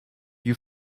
you